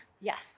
Yes